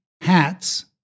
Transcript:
hats